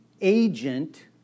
agent